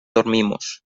dormimos